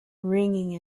ringing